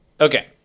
Okay